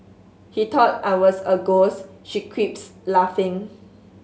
he thought I was a ghost she quips laughing